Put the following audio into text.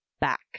back